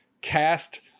cast